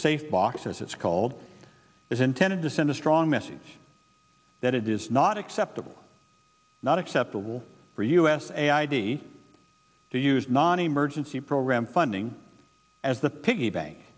safe box as it's called is intended to send a strong message that it is not acceptable not acceptable for us and id to use non emergency program funding as the piggy bank